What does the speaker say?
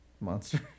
monster